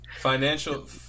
Financial –